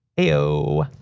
hey-o!